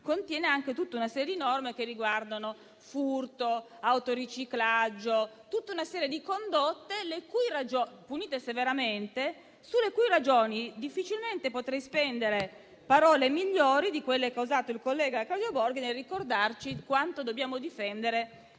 danneggiamento, ma anche norme che riguardano furto, autoriciclaggio e tutta una serie di condotte punite severamente, sulle cui ragioni difficilmente potrei spendere parole migliori di quelle che ha usato il collega Claudio Borghi nel ricordarci quanto dobbiamo difendere